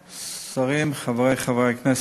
שרים, חברי חברי הכנסת,